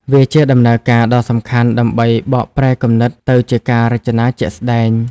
វាជាដំណើរការដ៏សំខាន់ដើម្បីបកប្រែគំនិតទៅជាការរចនាជាក់ស្តែង។